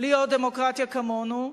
להיות דמוקרטיה כמונו.